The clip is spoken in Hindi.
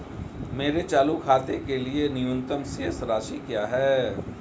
मेरे चालू खाते के लिए न्यूनतम शेष राशि क्या है?